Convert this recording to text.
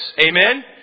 Amen